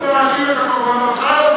תפסיקו להאשים את הקורבנות.